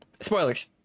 Spoilers